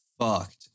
fucked